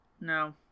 no